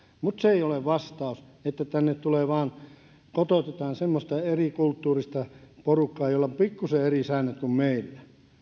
mutta se ei ole vastaus että tänne kotoutetaan vain semmoista erikulttuurista porukkaa jolla on pikkuisen eri säännöt kuin meillä